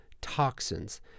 toxins